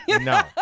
No